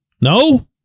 No